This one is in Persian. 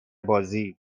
بازی